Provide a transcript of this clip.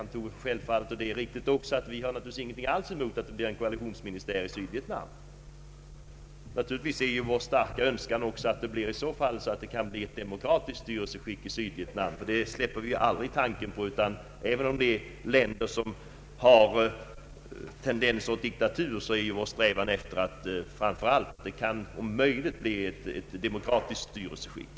Han förutsatte, vilket är riktigt, att vi naturligtvis inte har någonting emot att det blir en koalitionsministär i Sydvietnam. Vår önskan är naturligtvis att det kan bli ett demokratiskt styrelseskick i Sydvietnam. Den tanken släpper vi aldrig. även om det är fråga om länder som har tendenser till diktatur är vår strävan framför allt att det om möjligt blir ett demokratiskt styrelseskick.